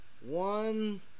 one